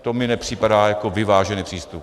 To mi nepřipadá jako vyvážený přístup.